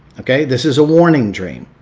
okay? this is a warning dream.